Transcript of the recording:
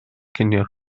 cinio